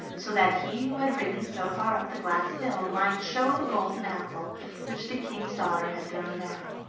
so that he who had ridden so far up the glass hill might show the golden apple which the king's daughter had thrown down.